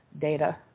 data